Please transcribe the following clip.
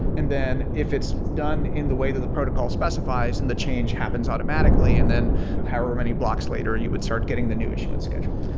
and then if it's done in the way that the protocol specifies and the change happens automatically, and then however many blocks later you would start getting the new issuance schedule.